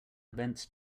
events